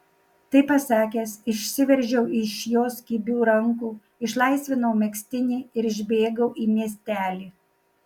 tai pasakęs išsiveržiau iš jos kibių rankų išlaisvinau megztinį ir išbėgau į miestelį